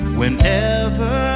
whenever